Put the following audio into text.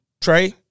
Trey